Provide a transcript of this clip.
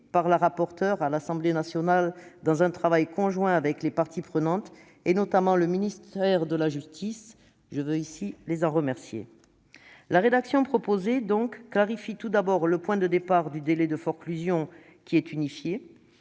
par la rapporteure à l'Assemblée nationale, dans le cadre d'un travail conjoint avec les parties prenantes, et notamment le ministère de la justice. Je veux ici les en remercier. La rédaction proposée clarifie tout d'abord le point de départ du délai de forclusion, qui est unifié.